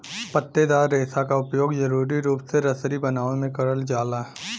पत्तेदार रेसा क उपयोग जरुरी रूप से रसरी बनावे में करल जाला